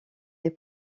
des